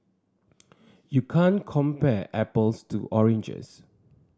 you can't compare apples to oranges